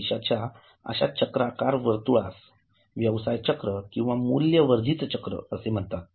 पैश्याच्या अश्या चक्राकार वर्तुळास व्यवसाय चक्र किंवा मूल्यवर्धित चक्र असे म्हणतात